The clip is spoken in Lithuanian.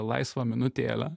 laisvą minutėlę